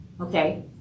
Okay